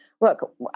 look